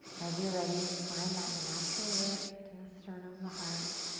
as you're ready, find that natural lift in the sternum, the heart.